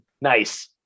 nice